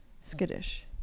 skittish